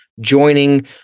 joining